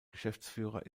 geschäftsführer